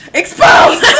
exposed